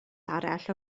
arall